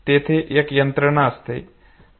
तेथे एक यंत्रणा असते